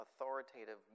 authoritative